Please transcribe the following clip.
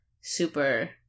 super